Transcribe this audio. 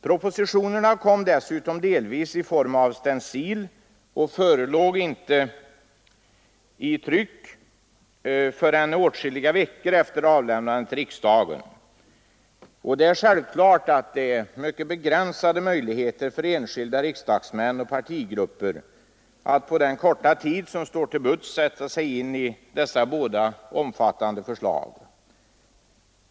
Propositionerna kom dessutom delvis i form av stencil och förelåg inte i tryck förrän åtskilliga veckor efter avlämnandet till riksdagen. Det är självklart att det är mycket begränsade möjligheter för enskilda riksdagsmän och partigrupper att på den korta tid som står till buds sätta sig in i dessa båda omfattande förslag.